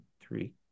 three